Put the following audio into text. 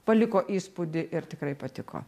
paliko įspūdį ir tikrai patiko